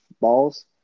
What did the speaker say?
balls